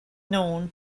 known